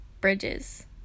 bridges